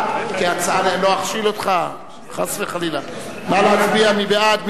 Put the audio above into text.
נא להצביע, מי בעד?